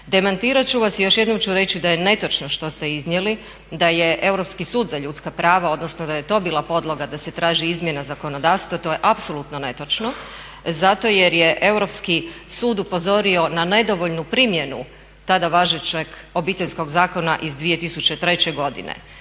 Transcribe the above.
Demantirat ću vas i još jednom ću reći da je netočno što ste iznijeli da je Europski sud za ljudska prava odnosno da je to bila podloga da se traži izmjena zakonodavstva. To je apsolutno netočno zato jer je Europski sud upozorio na nedovoljnu primjenu tada važećeg obiteljskog zakona iz 2003. godine.